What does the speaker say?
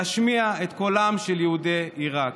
להשמיע את קולם של יהודי עיראק.